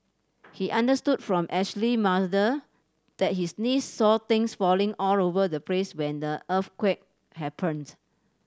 he understood from Ashley mother that his niece saw things falling all over the place when the earthquake happened